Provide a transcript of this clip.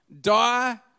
Die